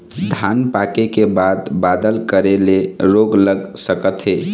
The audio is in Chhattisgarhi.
धान पाके के बाद बादल करे ले रोग लग सकथे का?